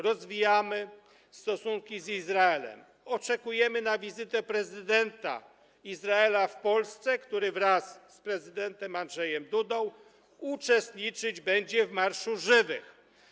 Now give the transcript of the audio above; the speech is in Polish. Rozwijamy stosunki z Izraelem, oczekujemy na wizytę prezydenta Izraela w Polsce, który wraz z prezydentem Andrzejem Dudą uczestniczyć będzie w Marszu Żywych.